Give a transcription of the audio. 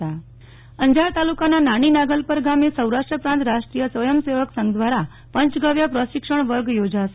નેહલ ઠક્કર ગૌ ઉત્પાદન અંજાર તાલુકાના નાની નાગલપર ગામે સૌરાષ્ટ્ર પ્રાંત રાષ્ટ્રીય સ્વયં સેવક સંઘ દ્વારા પંચગવ્ય પ્રશિક્ષણ વર્ગ યોજાશે